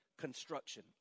construction